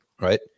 Right